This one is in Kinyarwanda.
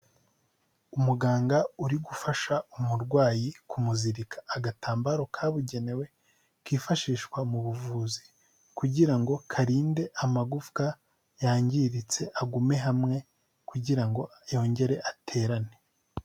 Umuganga uri gufasha umurwayi kumuzirika agatambaro kabugenewe kifashishwa mu buvuzi kugira ngo karinde amagufwa yangiritse agume hamwe kugira ngo yongere aterane.